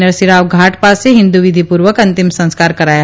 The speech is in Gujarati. નરસિંહરાવ ધાટ પાસે હિન્દુવિધિપૂર્વક અંતિમ સંસ્કાર કરાયા હતા